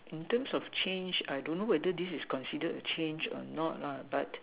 in terms of change I don't know whether this is considered or not but